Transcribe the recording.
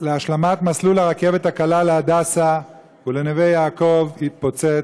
להשלמת מסלול הרכבת הקלה להדסה ולנווה יעקב התפוצץ.